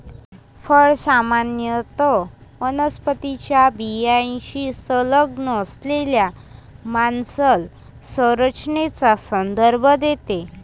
फळ सामान्यत वनस्पतीच्या बियाण्याशी संलग्न असलेल्या मांसल संरचनेचा संदर्भ देते